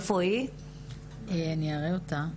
אני מראה את התמונה.